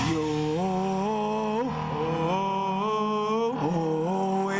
au au